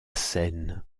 scène